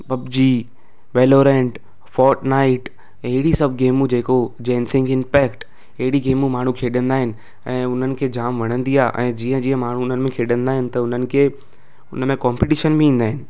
PUBG Valorant Fortnite ऐं अहिड़ी सभु गेमू जेको जेंन्सिंग इम्पैक्ट अहिड़ी गेमूं माण्हू खेॾंदा आहिनि ऐं उन्हनि खे जाम वणंदी आहे ऐं जीअं जीअं माण्हू उन्हनि खे खेॾंदा आहिनि त उन्हनि खे उन में कॉम्पीटिशन बि ईंदा आहिनि